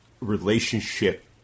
relationship